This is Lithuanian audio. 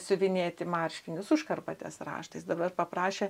siuvinėti marškinius užkarpatės raštais dabar paprašė